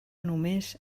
només